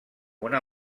una